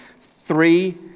three